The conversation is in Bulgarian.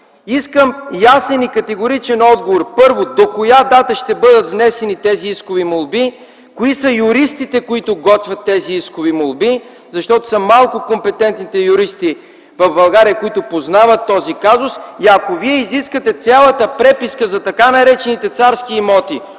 Искам ясен и категоричен отговор: първо, до коя дата ще бъдат внесени тези искови молби; кои са юристите, които готвят тези искови молби, защото са малко компетентните юристи в България, които познават този казус? Ако Вие изискате цялата преписка за така наречените царски имоти